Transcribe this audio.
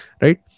Right